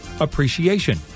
Appreciation